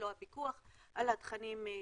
לא הפיקוח על התכנים שם.